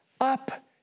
up